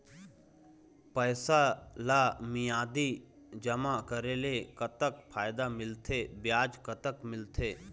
पैसा ला मियादी जमा करेले, कतक फायदा मिलथे, ब्याज कतक मिलथे?